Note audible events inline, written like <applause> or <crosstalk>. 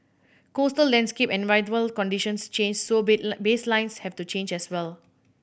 coastal landscape and environmental conditions change so <unintelligible> baselines have to change as well